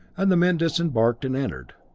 and the men disembarked and entered.